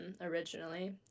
originally